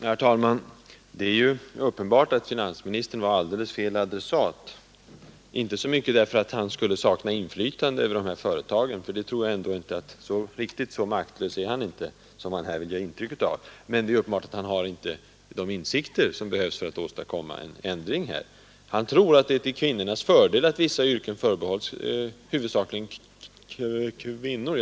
Herr talman! Det är ju uppenbart att finansministern var alldeles fel adressat, inte så mycket därför att han skulle sakna inflytande över de här företagen — för riktigt så maktlös är han inte, som han här vill ge intryck av — utan därför att det är uppenbart att han inte har de insikter som behövs för att åstadkomma en ändring. Han tror att det är till kvinnornas fördel att vissa yrken förbehålls huvudsakligen kvinnor.